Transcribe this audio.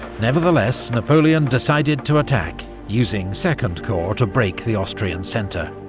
nevertheless, napoleon decided to attack, using second corps to break the austrian centre,